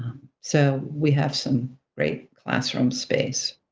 so we have some great classroom space.